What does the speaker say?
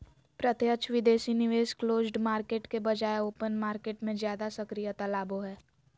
प्रत्यक्ष विदेशी निवेश क्लोज्ड मार्केट के बजाय ओपन मार्केट मे ज्यादा सक्रियता लाबो हय